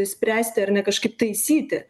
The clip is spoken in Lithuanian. spręsti ar ne kažkaip taisyti